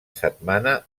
setmana